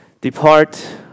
Depart